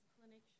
Clinic